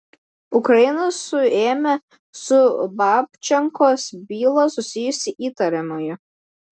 ukraina suėmė su babčenkos byla susijusį įtariamąjį